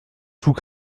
tout